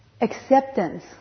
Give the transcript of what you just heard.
Acceptance